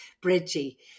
Bridgie